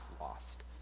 lost